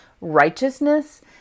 righteousness